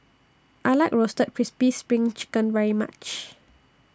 I like Roasted Crispy SPRING Chicken very much